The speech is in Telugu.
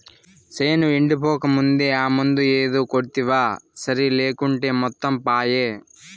చేను ఎండిపోకముందే ఆ మందు ఏదో కొడ్తివా సరి లేకుంటే మొత్తం పాయే